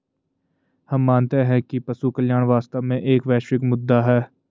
हम मानते हैं कि पशु कल्याण वास्तव में एक वैश्विक मुद्दा है